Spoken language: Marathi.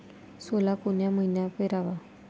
सोला कोन्या मइन्यात पेराव?